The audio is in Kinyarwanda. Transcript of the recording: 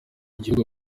igihugu